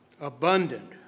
Abundant